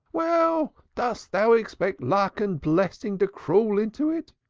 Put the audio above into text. well, dost thou expect luck and blessing to crawl into it?